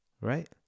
Right